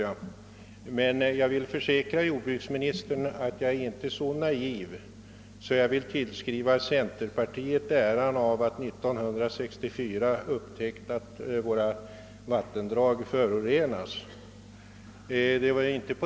Jag vill emellertid försäkra jordbruksministern, att jag inte är så naiv att jag tillskriver centerpartiet äran av att 1964 ha upptäckt att våra vattendrag förorenas.